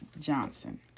Johnson